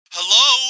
Hello